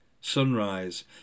Sunrise